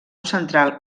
central